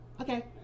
Okay